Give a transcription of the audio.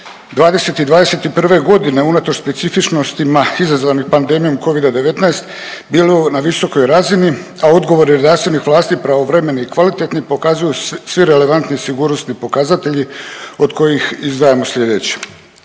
'21. g. unatoč specifičnostima izazvanih pandemijom Covida-19, bilo je na visokoj razini, a odgovor .../Govornik se ne razumije./... vlasti pravovremeni i kvalitetni pokazuju svi relevantni sigurnosni pokazatelji od kojih izdvajamo sljedeće.